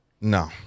No